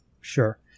Sure